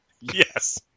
Yes